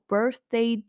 Birthday